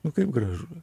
nu kaip gražu